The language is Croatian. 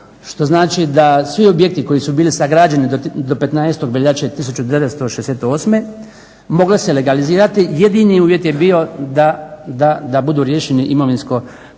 Što znači da svi objekti koji su bili sagrađeni do 15. veljače 1968. mogla se legalizirati, jedini uvjeti je bio da budu riješeni imovinsko-pravni